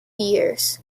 years